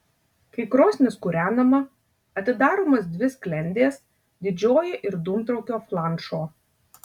kai krosnis kūrenama atidaromos dvi sklendės didžioji ir dūmtraukio flanšo